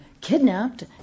kidnapped